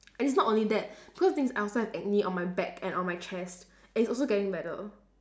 and it's not only that because the thing is that I also have acne on my back and on my chest and it's also getting better